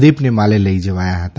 દીબને માલે લઇ જવાયા હતા